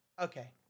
Okay